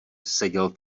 seděl